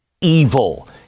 evil